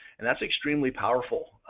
and that's extremely powerful,